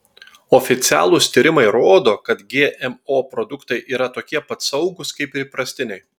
oficialūs tyrimai rodo kad gmo produktai yra tokie pat saugūs kaip ir įprastiniai